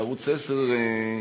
בערוץ 10 כמדומני,